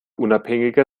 unabhängiger